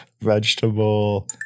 vegetable